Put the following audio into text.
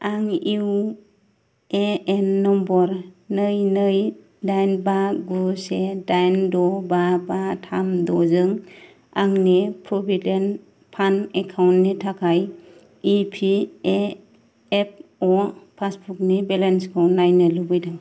आं UAN number नै नै दाइन बा गु से दाइन द' बा बा थाम द'जों आंनि प्रविदेन्ट फान्द एकाउन्टनि थाखाय इपिएफअ' पासबुकनि बेलेन्सखौ नायनो लुबैदों